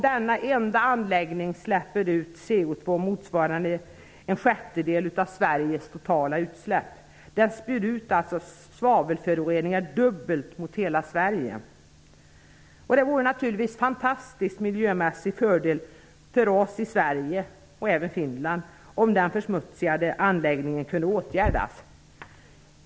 Denna enda anläggning släpper ut koldioxid motsvarande en sjättedel av Sveriges totala utsläpp och spyr ut svavelföroreningar dubbelt upp mot hela Sverige. Det vore naturligtvis en fantastisk miljömässig fördel för oss i Sverige och även för Finland om den nedsmutsande anläggningen kunde åtgärdas.